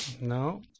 No